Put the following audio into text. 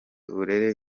uburere